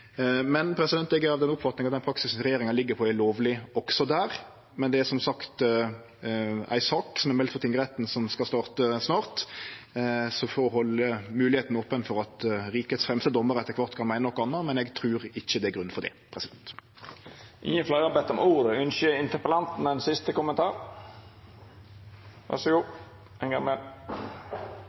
Eg er av den oppfatninga at den praksisen regjeringa ligg på, er lovleg også der, men det er som sagt ei sak som er meldt for tingretten, og som skal starte snart. Vi får halde moglegheita open for at rikets fremste dommarar etter kvart kan meine noko anna, men eg trur ikkje det er grunn for det.